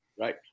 Right